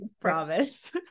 promise